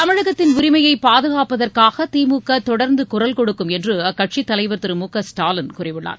தமிழகத்தின் உரிமையை பாதுகாப்பாதற்காக திமுக தொடர்ந்து குரல் கொடுக்கும் என்று அக்கட்சியின் தலைவர் திரு மு க ஸ்டாலின் கூறியுள்ளார்